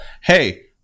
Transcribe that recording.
Hey